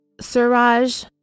Suraj